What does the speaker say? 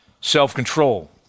self-control